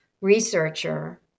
researcher